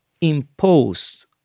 imposed